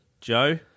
Joe